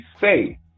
say